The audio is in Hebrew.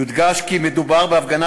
יודגש כי מדובר בהפגנה